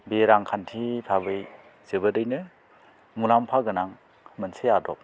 बे रांखान्थि भाबै जोबोदैनो मुलाम्फा गोनां मोनसे आदब